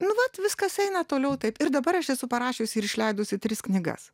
nu vat viskas eina toliau taip ir dabar aš esu parašiusi ir išleidusi tris knygas